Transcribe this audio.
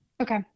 Okay